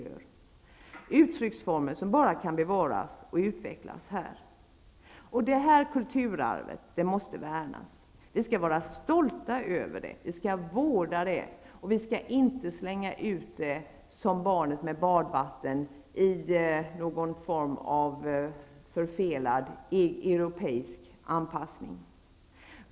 Det är uttrycksformer som bara kan bevaras och utvecklas här. Det här kulturarvet måste värnas. Vi skall vara stolta över det, vi skall vårda det, och vi skall inte slänga ut det som barnet med badvattnet i någon form av förfelad europeisk anpassning.